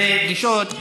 אלה גישות,